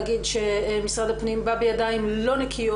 משרד הפנים בא בידיים לא נקיות.